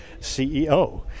CEO